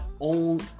own